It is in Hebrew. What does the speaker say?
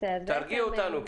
תרגיעי אותנו,